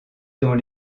dans